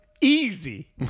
Easy